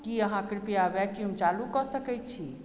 की अहाँ कृप्या वैक्यूम चालू कऽ सकैत छी